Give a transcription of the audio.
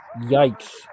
yikes